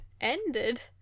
ended